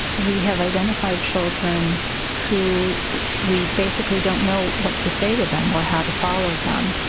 we have identified children who we basically don't know what to say to them, or how to follow them,